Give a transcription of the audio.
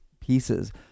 pieces